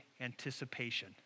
anticipation